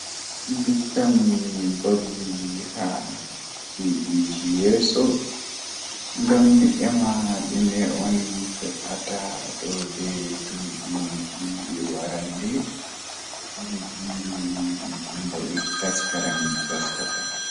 Ndikkina mi waawi ɗonnoogol ko ngoodi faama walla waɗde yimre ngol, miɗo ɗonnoo ko yimre ngam mi njogortu ɓe daɗi nder ɗoo jammaaji ngal. So mi waawi waɗde yimre, mi waawi semmbude ndiyam ngam ngam waɗde njamaande. Ko yimre ngal waɗa ngal waɗa ngal heɓi jam e nder